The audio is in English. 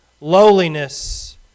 lowliness